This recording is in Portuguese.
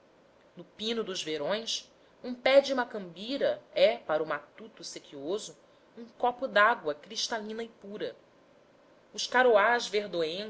no pino dos verões um pé de macambira é para o matuto sequioso um copo dágua cristalina e pura os caroás verdoengos